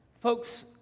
Folks